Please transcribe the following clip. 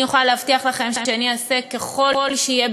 אני יכולה להבטיח לכם שאני אעשה ככל שיהיה